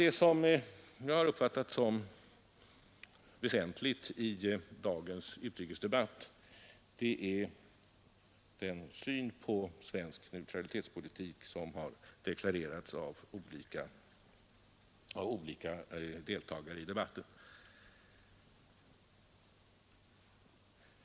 Det jag uppfattat som väsentligt i dagens utrikesdebatt är den syn på svensk neutralitetspolitik som har deklarerats av olika deltagare i debatten.